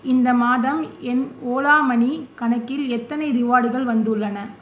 இந்த மாதம் என் ஓலா மணி கணக்கில் எத்தனை ரிவார்டுகள் வந்துள்ளன